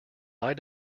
eye